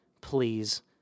please